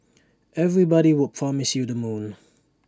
everybody would promise you the moon